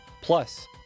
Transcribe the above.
plus